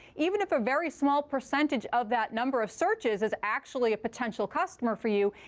even if a very small percentage of that number of searches is actually a potential customer for you,